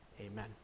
Amen